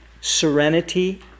serenity